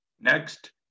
next